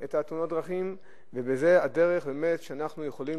את תאונות הדרכים וזו הדרך שאנחנו יכולים